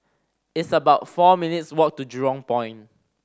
it's about four minutes' walk to Jurong Point